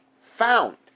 found